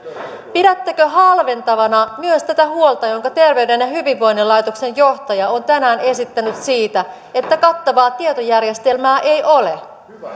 pidättekö halventavana myös tätä huolta jonka terveyden ja hyvinvoinnin laitoksen johtaja on tänään esittänyt siitä että kattavaa tietojärjestelmää ei ole